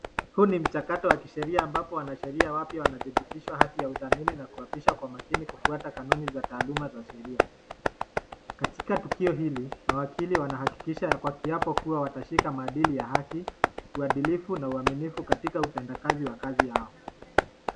Huu ni mchakato wa sheria ambapo wanasheria wapya wanatibitiwa hati ya ufhamini na kuabishwa kufuata kanuni za taaluma za sheria, katika tukio hili mawakili Wanahakikisha kwa kiapo kuwa watashikilia kwa umakini kuwa uadilifu wa haki, uaminivu na utendakazi wa kazi yao.